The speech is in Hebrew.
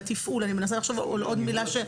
לתפעול; אני מנסה לחשוב על עוד מילה.